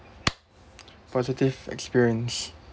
positive experience